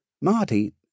Marty